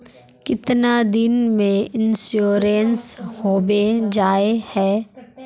कीतना दिन में इंश्योरेंस होबे जाए है?